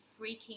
freaking